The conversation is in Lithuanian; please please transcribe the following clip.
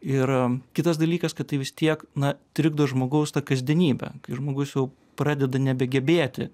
ir kitas dalykas kad tai vis tiek na trikdo žmogaus tą kasdienybę kai žmogus jau pradeda nebegebėti